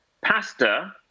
pasta